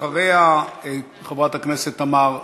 אחריה, חברת הכנסת תמר זנדברג,